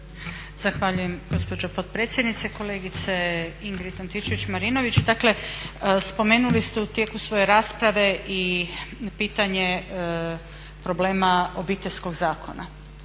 Zahvaljujem gospođo potpredsjednice. Kolegice Ingrid Antičević-Marinović, dakle spomenuli ste u tijeku svoje rasprave i pitanje problema Obiteljskog zakona.